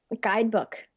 guidebook